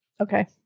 Okay